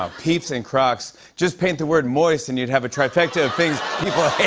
um peeps and crocs. just paint the word moist and you'd have a trifecta of things people